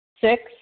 Six